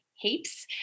heaps